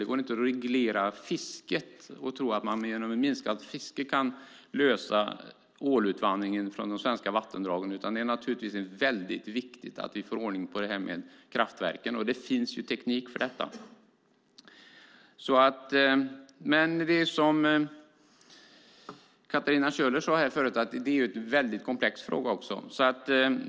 Det går inte att reglera fisket och tro att man genom minskat fiske kan klara ålutvandringen från de svenska vattendragen, utan det är väldigt viktigt att vi får ordning på kraftverken, och det finns också teknik för detta. Som Katarina Köhler sade förut är det en väldigt komplex fråga.